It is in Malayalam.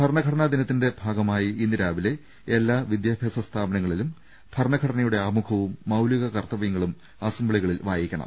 ഭരണഘടനാ ദിനത്തിന്റെ ഭാഗമായി ഇന്നുരാവിലെ എല്ലാ വിദ്യാഭ്യാസ സ്ഥാപനങ്ങളിലും ഭരണഘടനയുടെ ആമുഖവും മൌലിക കർത്തവൃങ്ങളും അസംബ്ലികളിൽ വായിക്കണം